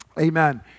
Amen